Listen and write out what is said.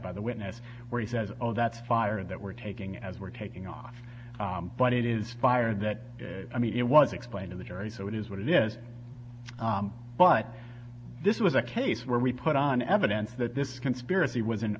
by the witness where he says oh that's fire that we're taking as we're taking off but it is fire that i mean it was explain to the jury so it is what it is but this was a case where we put on evidence that this conspiracy was an